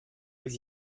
les